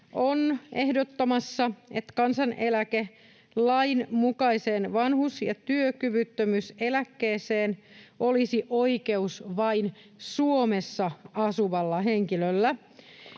on ehdottamassa, että kansaneläkelain mukaiseen vanhuus- ja työkyvyttömyyseläkkeeseen olisi oikeus vain Suomessa asuvalla henkilöllä.